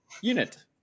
unit